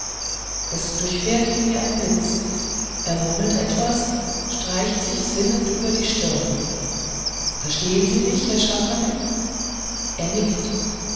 es durchfährt ihn wie ein blitz er murmelt etwas streicht sich sinnend über die stirn verstehen sie mich herr schaffranek er nickt